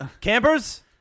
Campers